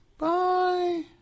Bye